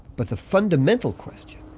but the fundamental question